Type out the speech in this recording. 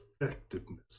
effectiveness